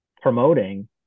promoting